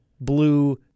blue